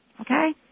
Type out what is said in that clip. Okay